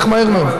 זה ילך מהר מאוד.